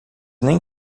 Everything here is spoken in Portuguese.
nem